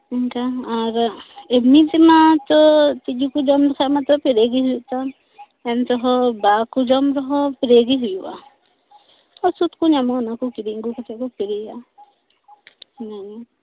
ᱤᱝᱠᱟ ᱟᱨ ᱮᱢᱱᱤ ᱛᱮᱢᱟ ᱛᱚ ᱛᱤᱡᱩ ᱠᱚ ᱡᱚᱢ ᱞᱮᱠᱷᱟᱡ ᱢᱟᱛᱚ ᱥᱯᱨᱮ ᱜᱮ ᱦᱩᱭᱩᱜ ᱛᱟᱢᱮᱱᱛᱮᱦᱚᱸ ᱵᱟᱠᱚ ᱡᱚᱢ ᱨᱮᱦᱚᱸ ᱥᱯᱨᱮ ᱜᱮ ᱦᱩᱭᱩᱜᱼᱟ ᱚᱥᱩᱫ ᱠᱚ ᱧᱟᱢᱚᱜᱼᱟ ᱚᱱᱟ ᱠᱚ ᱠᱤᱨᱤᱧ ᱟᱜᱩ ᱠᱟᱛᱮ ᱠᱚ ᱥᱯᱨᱮᱭᱟᱜᱼᱟ ᱦᱮᱸ